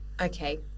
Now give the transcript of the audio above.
Okay